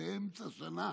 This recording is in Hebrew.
באמצע שנה,